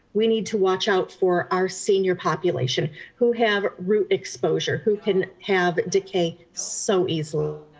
we need to watch out for our senior population who have root exposure, who can have decay so easily.